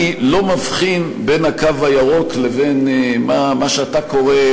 אני לא מבחין בין הקו הירוק לבין מה שאתה קורא,